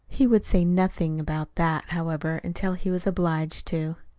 he would say nothing about that, however, until he was obliged to.